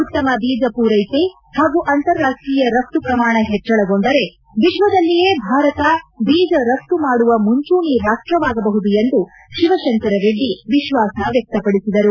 ಉತ್ತಮ ಬೀಜ ಪೂರೈಕೆ ಹಾಗೂ ಅಂತಾರಾಷ್ಟೀಯ ರಪ್ತು ಪ್ರಮಾಣ ಹೆಚ್ಚಳಗೊಂಡರೆ ವಿಶ್ವದಲ್ಲಿಯೇ ಭಾರತ ಬೀಜ ರಪ್ತು ಮಾಡುವ ಮುಂಚೂಣಿ ರಾಷ್ಟವಾಗಬಹುದು ಎಂದು ಶಿವಶಂಕರರೆಡ್ಡಿ ವಿಶ್ವಾಸ ವ್ಯಕ್ತಪಡಿಸಿದರು